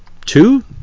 two